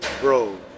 Bro